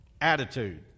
Attitude